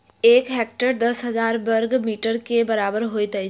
एक हेक्टेयर दस हजार बर्ग मीटर के बराबर होइत अछि